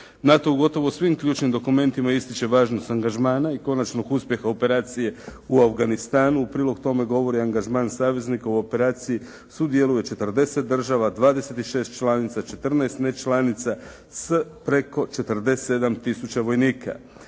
NATO gotovo u svim ključnim dokumentima ističe važnost angažmana i konačnog uspjeha u operacije u Afganistanu. U prilog tome govori angažman saveznika. U operaciji sudjeluje 40 država, 26 članica, 14 ne članica s preko 47 tisuća vojnika.